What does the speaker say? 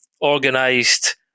organised